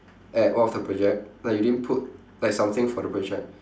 at one of the project like you didn't put like something for the project